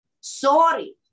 Sorry